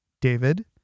David